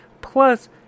Plus